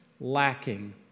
lacking